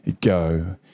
Go